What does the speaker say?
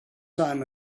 time